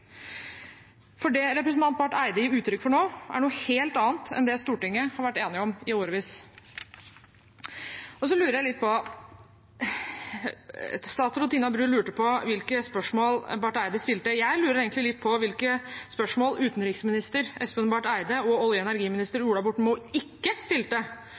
For det representanten Barth Eide gir uttrykk for nå, er noe helt annet enn det Stortinget har vært enige om i årevis. Og så lurer jeg litt på: Statsråd Tina Bru lurte på hvilke spørsmål Barth Eide stilte. Jeg lurer på hvilke spørsmål utenriksminister Espen Barth Eide og olje- og energiminister Ola Borten Moe ikke stilte